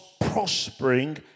prospering